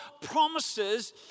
promises